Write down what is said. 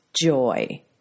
joy